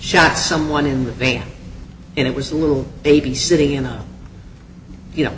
shot someone in the vein it was a little baby sitting in a you know